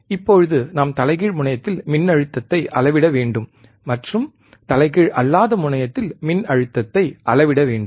இப்போது நாம் தலைகீழ் முனையத்தில் மின்னழுத்தத்தை அளவிட வேண்டும் மற்றும் தலைகீழ் அல்லாத முனையத்தில் மின்னழுத்தத்தை அளவிட வேண்டும்